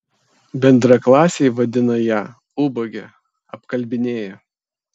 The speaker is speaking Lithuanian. bendraklasiai vadina ją ubage apkalbinėja